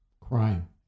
crime